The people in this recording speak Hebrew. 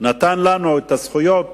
נתן לנו, הזכויות